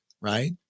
right